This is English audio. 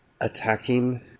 Attacking